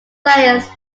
layers